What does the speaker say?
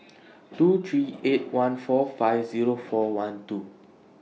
two three eight one four five Zero four one two